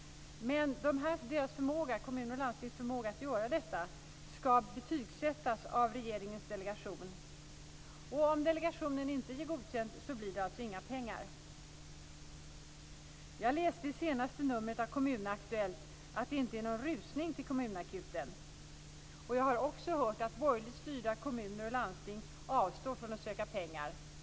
Men kommuners och landstings förmåga att göra detta ska betygsättas av regeringens delegation. Och om delegationen inte ger godkänt blir det alltså inga pengar. Jag läste i senaste numret av Kommun-Aktuellt att det inte är någon rusning till kommunakuten. Jag har också hört att borgerligt styrda kommuner och landsting avstår från att söka pengar.